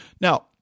now